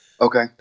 Okay